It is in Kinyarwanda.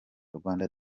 rwanda